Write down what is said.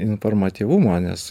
informatyvumo nes